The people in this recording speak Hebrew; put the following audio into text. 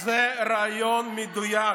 הוא מריאיון, במדויק,